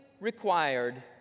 required